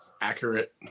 Accurate